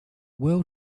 world